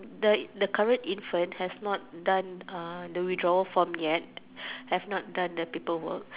the the current infant has not done the withdrawal form yet have not done the paperwork